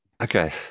Okay